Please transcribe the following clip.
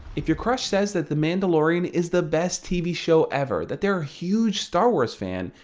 if your crush says that the mandalorian is the best tv show ever, that they're a huge star wars fan,